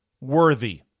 worthy